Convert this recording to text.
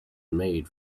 made